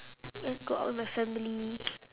just go out with my family